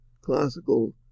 classical